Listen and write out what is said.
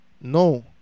no